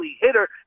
hitter